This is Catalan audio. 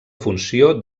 funció